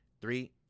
three